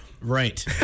Right